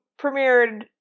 premiered